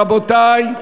רבותי,